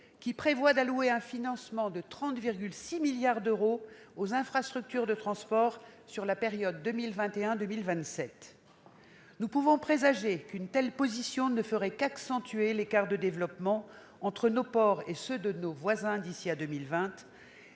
qui prévoit d'allouer un financement de 30,6 milliards d'euros aux infrastructures de transports sur la période 2021-2027 ? Nous pouvons présager qu'une telle position ne ferait qu'accentuer l'écart de développement entre nos ports et ceux de nos voisins d'ici à 2020